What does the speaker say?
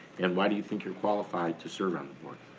and why do you think you're qualified to serve on the board?